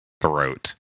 throat